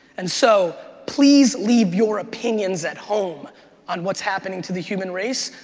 and so please leave your opinions at home on what's happening to the human race.